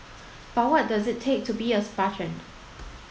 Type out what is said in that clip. but what does it take to be a spartan